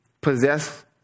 Possess